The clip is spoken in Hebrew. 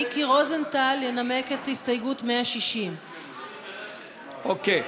מיקי רוזנטל ינמק את הסתייגות 160. אוקיי.